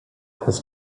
has